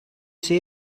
say